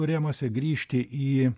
rėmuose grįžti į